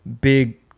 big